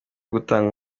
gutangira